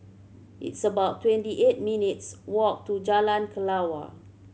it's about twenty eight minutes' walk to Jalan Kelawar